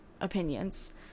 opinions